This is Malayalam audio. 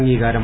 അംഗീകാരം